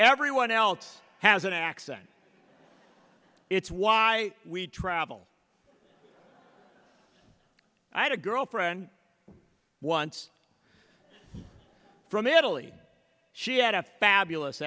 everyone else has an accent it's why we travel i had a girlfriend once from italy she had a fabulous